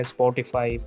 Spotify